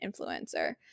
influencer